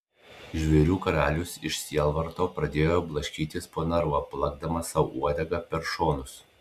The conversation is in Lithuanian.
žvėrių karalius iš sielvarto pradėjo blaškytis po narvą plakdamas sau uodega per šonus